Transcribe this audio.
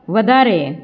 વધારે